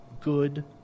good